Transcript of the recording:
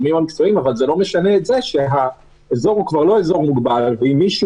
אבל זה לא משנה את זה שהאזור הוא כבר לא אזור מוגבל ואם מישהו